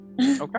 Okay